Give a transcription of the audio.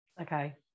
Okay